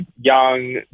young